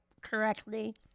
correctly